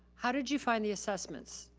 how did you find the assessments?